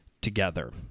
together